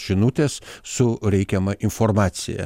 žinutės su reikiama informacija